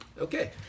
Okay